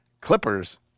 Clippers